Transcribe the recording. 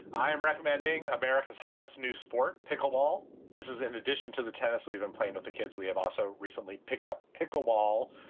i am recommending america's hottest new sport pickleball this is in addition to the tennis we've been playing with the kids. we have also recently picked up pickleball,